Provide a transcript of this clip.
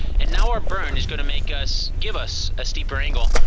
and now our burn is going to make us give us a steeper angle.